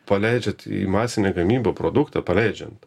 paleidžiat į masinę gamybą produktą paleidžiant